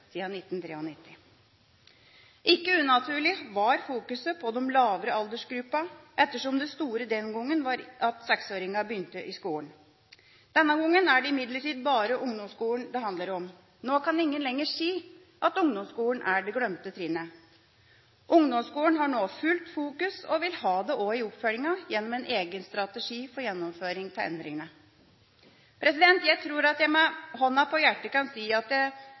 Ikke unaturlig var fokuset på de lavere aldersgruppene ettersom det store den gangen var at seksåringene begynte i skolen Denne gangen er det imidlertid bare ungdomsskolen det handler om. Nå kan ingen lenger si at ungdomsskolen er det glemte trinnet. Ungdomsskolen har nå fullt fokus og vil ha det også i oppfølgingen gjennom en egen strategi for gjennomføringen av endringene. Jeg tror at jeg med hånden på hjertet kan si at